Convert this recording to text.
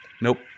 Nope